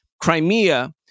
Crimea